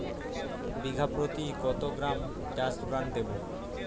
বিঘাপ্রতি কত গ্রাম ডাসবার্ন দেবো?